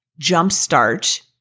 jumpstart